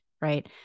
right